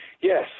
yes